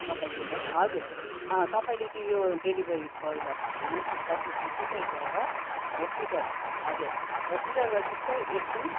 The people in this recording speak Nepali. पठाइदिनुहोस् न हजुर अँ तपाईँले त्यो यो डेलिभेरी बोयलाई भनिदिनुहोस् न गर्ल्स स्कुल सिधै गएर हस्पिटल हजुर हस्पिटलबाट ठिकै एसएम